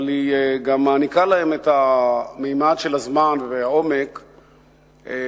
אבל היא גם מעניקה להם את הממד של הזמן והעומק שמתחייבים.